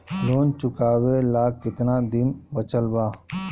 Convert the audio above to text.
Loan चुकावे ला कितना दिन बचल बा?